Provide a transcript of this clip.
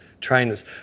trainers